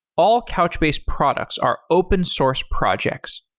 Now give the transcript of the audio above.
all couchbase products are open source projects.